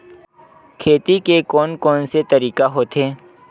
खेती के कोन कोन से तरीका होथे?